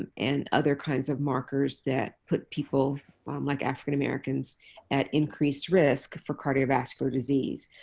and and other kinds of markers that put people um like african-americans at increased risk for cardiovascular disease.